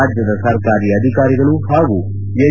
ರಾಜ್ಯದ ಸರ್ಕಾರಿ ಅಧಿಕಾರಿಗಳು ಹಾಗೂ ಎನ್